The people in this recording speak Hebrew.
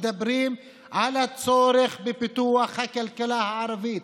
אנחנו מדברים על הצורך בפיתוח הכלכלה הערבית.